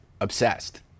obsessed